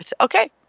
okay